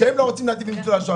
שהיא לא רוצה להגדיל לניצולי השואה.